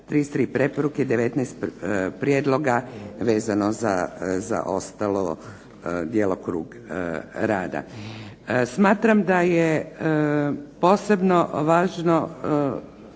33 preporuke i 19 prijedloga vezano za ostalo djelokrug rada. Smatram da je posebno važno